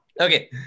Okay